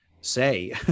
say